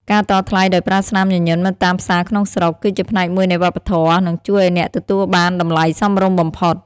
ការតថ្លៃដោយប្រើស្នាមញញឹមនៅតាមផ្សារក្នុងស្រុក គឺជាផ្នែកមួយនៃវប្បធម៌ និងជួយឱ្យអ្នកទទួលបានតម្លៃសមរម្យបំផុត។